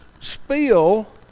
spill